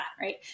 right